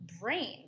brain